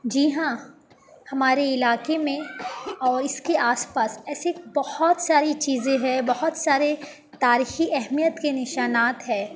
جی ہاں ہمارے علاقے میں اور اس کے آس پاس ایسی بہت ساری چیزیں ہے بہت سارے تاریخی اہمیت کے نشانات ہے